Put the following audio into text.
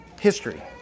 history